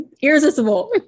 irresistible